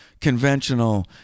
conventional